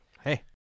Hey